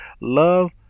Love